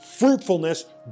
fruitfulness